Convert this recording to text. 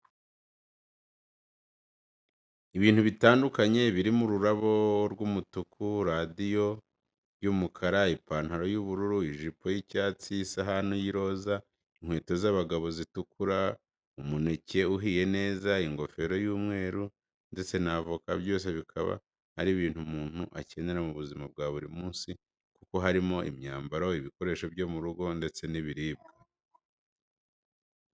Ibintu bitandukanye birimo ururabo rw'umutuku, iradiyo y'umukara, ipantaro y'ubururu, ijipo y'icyatsi, isahani y'iroza, inkweto z'abagabo zitukura, umuneke uhiye neza, ingofero y'umweru ndetse n'avoka. byose bikaba ari ibintu umuntu akenera mu buzima bwa buri munsi kuko harimo imyambaro, ibikoresho byo mu rugo ndetse n'ibiribwa.